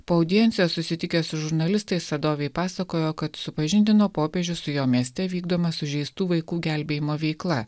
po audiencijos susitikęs su žurnalistais sadovij pasakojo kad supažindino popiežių su jo mieste vykdoma sužeistų vaikų gelbėjimo veikla